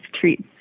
treats